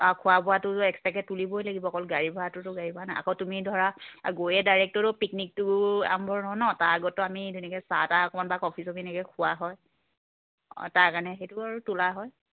আৰু খোৱা বোৱাটো এক্সট্ৰাকৈ তুলিবই লাগিব অকল গাড়ী ভাড়াটোতো গাড়ী ভাড়া নহয় আকৌ তুমি ধৰা গৈয়ে ডাইৰেক্টতোতো পিকনিকটো আৰম্ভ নহয় নহ্ তাৰ আগতো আমি ধুনীয়াকৈ চাহ তাহ অকণমান বা কফি চফি এনেকৈ খোৱা হয় অঁ তাৰ কাৰণে সেইটো আৰু তোলা হয়